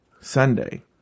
Sunday